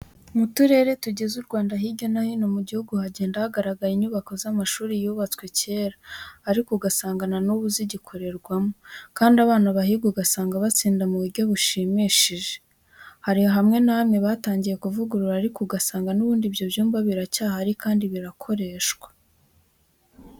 Mu turere tugize u Rwanda hirya no hino mu gihugu, hagenda hagaragara inyubako z'amashuri yubatswe kera ariko ugasanga na n'ubu zigikorerwamo kandi abana bahiga ugasanga batsinda mu buryo bushimishije. Hari hamwe na hamwe batangiye kuvugurura ariko ugasanga n'ubundi ibyo byumba biracyahari kandi birakoreshwa.